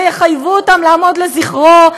ויחייבו אותם לעמוד לזכרו,